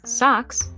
socks